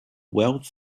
wealth